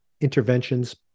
interventions